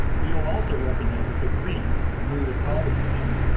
but you will also recognize that the green new to college band